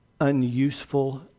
unuseful